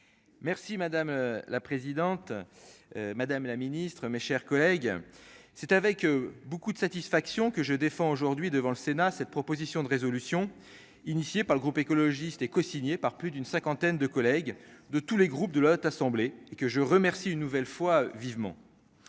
Merci madame la présidente, madame la Ministre, mes chers collègues, c'est avec beaucoup de satisfaction que je défends aujourd'hui devant le Sénat, cette proposition de résolution initiée par le groupe écologiste et cosigné par plus d'une cinquantaine de collègues de tous les groupes de la Haute assemblée et que je remercie une nouvelle fois vivement